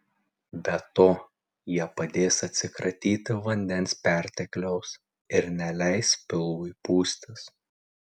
be to jie padės atsikratyti vandens pertekliaus ir neleis pilvui pūstis